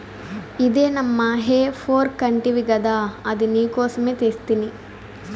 ఇదే నమ్మా హే ఫోర్క్ అంటివి గదా అది నీకోసమే తెస్తిని